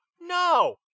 no